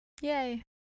Yay